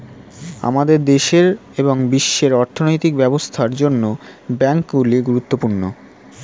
আমাদের দেশের এবং বিশ্বের অর্থনৈতিক ব্যবস্থার জন্য ব্যাংকগুলি গুরুত্বপূর্ণ